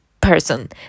person